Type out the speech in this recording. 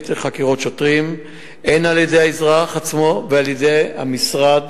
חקירות שוטרים הן על-ידי האזרח עצמו והן על-ידי משרד